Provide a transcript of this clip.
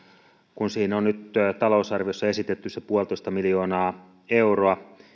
kun siihen on nyt talousarviossa esitetty se yksi pilkku viisi miljoonaa euroa